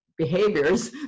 behaviors